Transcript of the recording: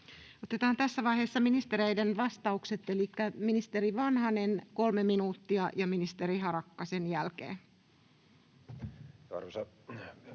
Otetaan tässä vaiheessa ministereiden vastaukset, elikkä ministeri Vanhanen 3 minuuttia ja ministeri Harakka sen jälkeen.